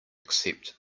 accept